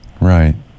Right